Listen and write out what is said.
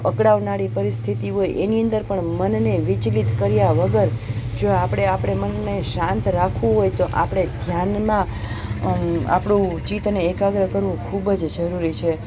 અકળાવનારી પરિસ્થિતિ હોય એની અંદર પણ મનને વિચલિત કર્યા વગર જો આપણે આપણે મનને શાંત રાખવું હોય તો આપણે ધ્યાનમાં આપણું ચિત્તને એકાગ્ર કરવું ખૂબ જ જરૂરી છે